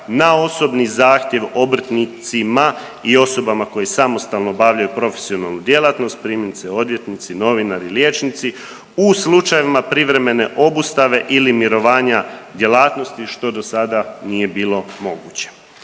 na osobni zahtjev obrtnicima i osobama koje samostalno obavljaju profesionalnu djelatnost, primjerice odvjetnici, novinari, liječnici, u slučajevima privremene obustave ili mirovanja djelatnosti što do sada nije bilo moguće.